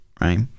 right